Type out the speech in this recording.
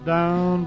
Down